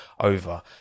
over